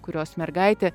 kurios mergaitė